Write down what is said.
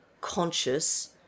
conscious